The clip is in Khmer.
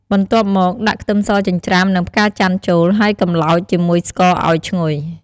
បន្ទាប់មក ដាក់ ខ្ទឹមសចិញ្ច្រាំ និង ផ្កាចន្ទន៍ចូល ហើយកម្លោចជាមួយស្ករឱ្យឈ្ងុយ។